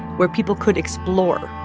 where people could explore.